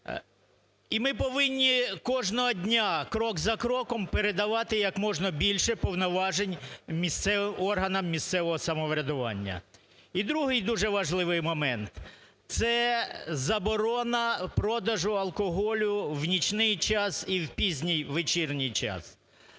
І ми повинні кожного дня крок за кроком передавати якомога більше повноважень органами місцевого самоврядування. І другий, дуже важливий момент. Це заборона продажу алкоголю в нічний час і в пізній вечірній час.